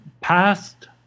past